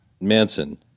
Manson